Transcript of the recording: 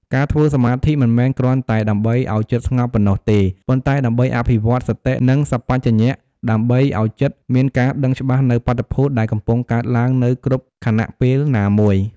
ការធ្វើសមាធិមិនមែនគ្រាន់តែដើម្បីឱ្យចិត្តស្ងប់ប៉ុណ្ណោះទេ ប៉ុន្តែដើម្បីអភិវឌ្ឍសតិ និងសម្បជញ្ញៈដើម្បីឱ្យចិត្តមានការដឹងច្បាស់នូវបាតុភូតដែលកំពុងកើតឡើងនៅគ្រប់ខណៈពេលណាមួយ។